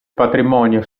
patrimonio